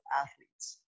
athletes